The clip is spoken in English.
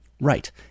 right